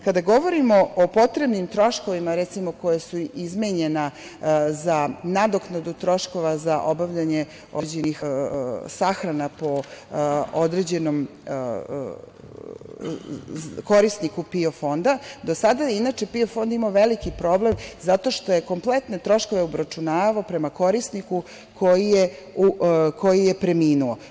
Kada govorimo o potrebnim troškovima, recimo, koja su izmenjena za nadoknadu troškova za obavljanje određenih sahrana po određenom korisniku PIO fonda, do sada je inače PIO fond imao veliki problem zato što je kompletne troškove obračunavao prema korisniku koji je preminuo.